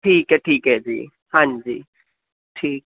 ਠੀਕ ਹੈ ਠੀਕ ਹੈ ਜੀ ਹਾਂਜੀ ਠੀ